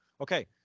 Okay